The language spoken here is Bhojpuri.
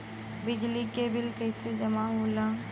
बिजली के बिल कैसे जमा होला?